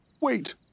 Wait